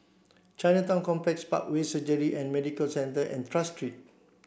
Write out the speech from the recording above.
Chinatown Complex Parkway Surgery and Medical Centre and Tras Street